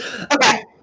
Okay